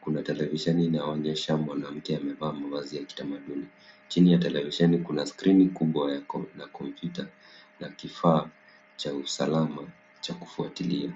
kuna televisheni inayonyesha mwanamke amevaa mavazi ya kitamaduni. Chini ya televisheni kuna skrini kubwa ya kompyuta, na kifaa cha usalama cha kufuatilia.